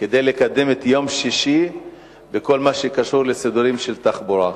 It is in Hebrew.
כדי לקדם את יום שישי בכל מה שקשור לסידורים של תחבורה.